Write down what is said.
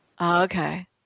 okay